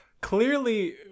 clearly